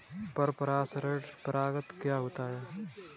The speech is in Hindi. पर परागण क्या होता है?